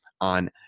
on